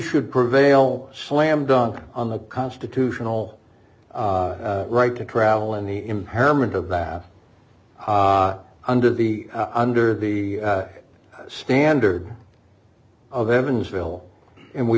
should prevail slam dunk on the constitutional right to travel in the impairment of bath under the under the standard of evansville and we